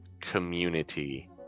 community